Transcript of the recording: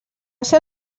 ser